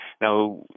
Now